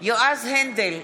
יועז הנדל,